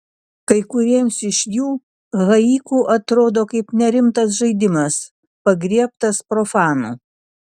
kai kuriems iš jų haiku atrodo kaip nerimtas žaidimas pagriebtas profanų